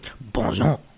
Bonjour